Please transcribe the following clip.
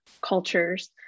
cultures